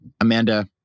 Amanda